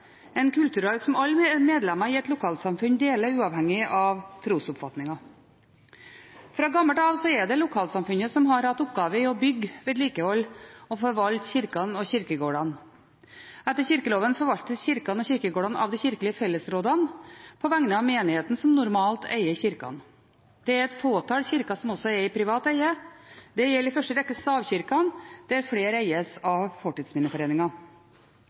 en kulturarv som alle medlemmer i et lokalsamfunn deler, uavhengig av trosoppfatning. Fra gammelt av er det lokalsamfunnet som har hatt oppgaven med å bygge, vedlikeholde og forvalte kirkene og kirkegårdene. Etter kirkeloven forvaltes kirkene og kirkegårdene av de kirkelige fellesrådene på vegne av menigheten, som normalt eier kirkene. Det er et fåtall kirker som er i privat eie. Det gjelder i første rekke stavkirkene, der flere eies av Fortidsminneforeningen.